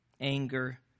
anger